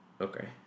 Okay